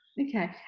Okay